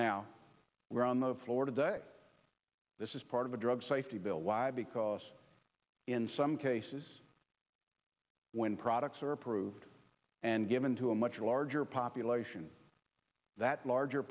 now we're on the floor today this is part of a drug safety bill why because in some cases when products are approved and given to a much larger population that larger